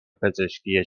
پزشکی